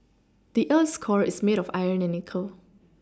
the earth's core is made of iron and nickel